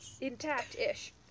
intact-ish